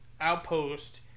outpost